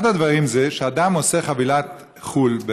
אחד הדברים הם שאדם עושה חבילת חו"ל,